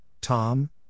Tom